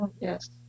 Yes